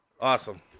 Awesome